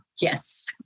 Yes